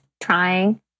trying